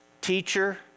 teacher